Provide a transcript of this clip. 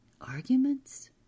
arguments